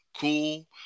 cool